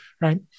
right